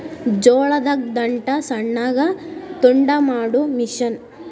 ಜೋಳದ ದಂಟ ಸಣ್ಣಗ ತುಂಡ ಮಾಡು ಮಿಷನ್